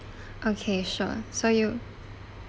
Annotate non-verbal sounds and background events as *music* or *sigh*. *breath* okay sure so you